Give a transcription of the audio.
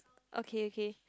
okay okay